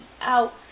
out